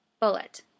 Bullet